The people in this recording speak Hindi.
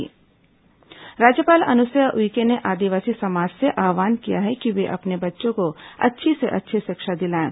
राज्यपाल परिचय सम्मेलन राज्यपाल अनुसुईया उइके ने आदिवासी समाज से आव्हान किया है कि वे अपने बच्चों को अच्छी से अच्छी शिक्षा दिलाएं